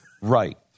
Right